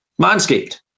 Manscaped